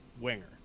winger